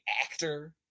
actor